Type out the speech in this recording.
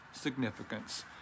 significance